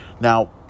Now